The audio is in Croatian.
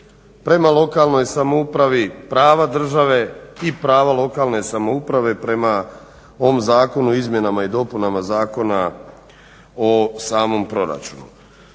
prema lokalnoj samoupravi, prava država i pravo lokalne samouprave prema ovom zakonu o izmjenama o dopunama Zakona o samom proračunu.